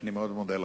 אני מאוד מודה לך.